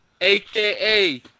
AKA